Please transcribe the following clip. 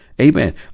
amen